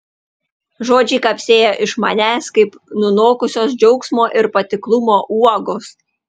žodžiai kapsėjo iš manęs kaip nunokusios džiaugsmo ir patiklumo uogos